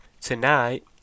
tonight